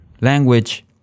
language